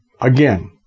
again